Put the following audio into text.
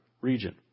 region